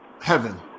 heaven